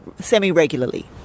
semi-regularly